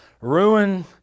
ruin